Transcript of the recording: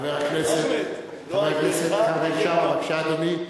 חבר הכנסת כרמל שאמה, בבקשה, אדוני.